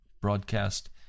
broadcast